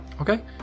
okay